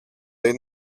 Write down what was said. they